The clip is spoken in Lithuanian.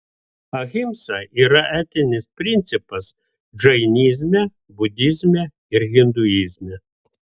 ahimsa yra etinis principas džainizme budizme ir hinduizme